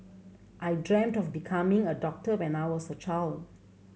I dreamt of becoming a doctor when I was a child